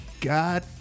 God